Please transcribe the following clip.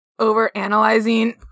overanalyzing